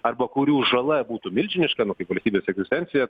arba kurių žala būtų milžiniška nu kaip valstybėse igusensija